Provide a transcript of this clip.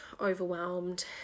overwhelmed